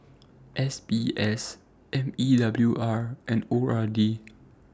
S B S M E W R and O R D